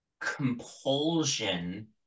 compulsion